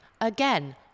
again